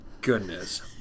goodness